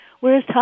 Whereas